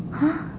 !huh!